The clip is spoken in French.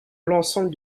l’ensemble